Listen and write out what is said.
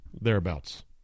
thereabouts